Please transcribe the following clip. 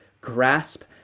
grasp